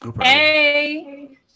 hey